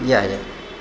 इएह यऽ